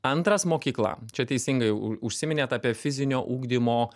antras mokykla čia teisingai užsiminėt apie fizinio ugdymo